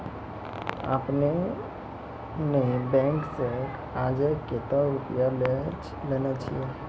आपने ने बैंक से आजे कतो रुपिया लेने छियि?